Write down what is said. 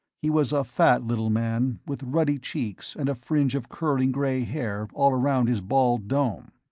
he was a fat little man, with ruddy cheeks and a fringe of curling gray hair all around his bald dome.